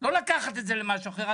ולא לקחת את זה למשהו אחר.